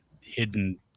hidden